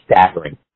staggering